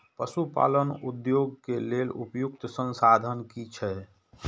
पशु पालन उद्योग के लेल उपयुक्त संसाधन की छै?